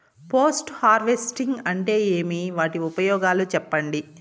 Post harvesting అంటే ఏమి? వాటి ఉపయోగాలు చెప్పండి?